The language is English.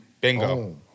bingo